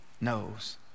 knows